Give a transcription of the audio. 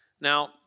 Now